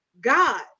God